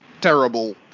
terrible